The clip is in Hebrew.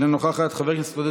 מי בעד?